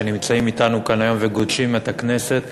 שנמצאים אתנו כאן היום וגודשים את הכנסת.